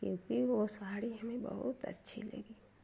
क्योंकि वह साड़ी हमें बहुत अच्छी लगी